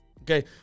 Okay